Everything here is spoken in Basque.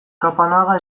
kapanaga